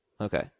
Okay